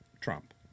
Trump